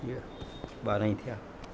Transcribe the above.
थी विया ॿारहं ई थिया